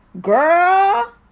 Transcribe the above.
girl